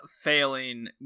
failing